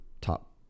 top